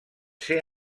ser